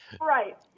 Right